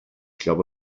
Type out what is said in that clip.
glaube